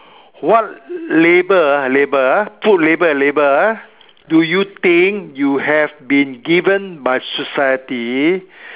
what label ah label ah label and label ah do you think you have been given by society